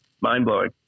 mind-blowing